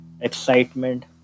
excitement